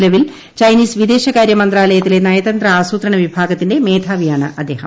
നിലവിൽ ചൈനീസ് വിദേശകാരൃ മന്ത്രാലയത്തിലെ നയതന്ത്ര ആസൂത്രണ വിഭാഗത്തിന്റെ മേധാവിയാണ് അദ്ദേഹം